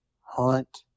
hunt